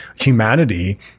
humanity